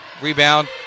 Rebound